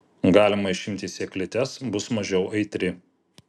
galima išimti sėklytes bus mažiau aitri